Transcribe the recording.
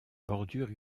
bordure